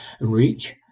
Reach